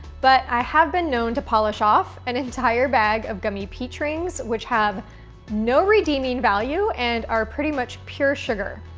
but, i have been known to polish off an entire bag of gummy peach rings, which have no redeeming value and are pretty much pure sugar.